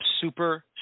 super